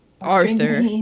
Arthur